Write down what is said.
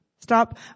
Stop